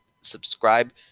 subscribe